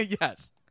Yes